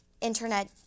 internet